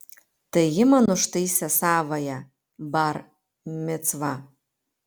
tai ji man užtaisė savąją bar micvą